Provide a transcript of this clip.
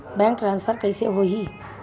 Bank transfer कइसे होही?